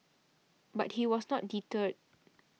but he was not deterred